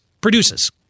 produces